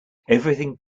everything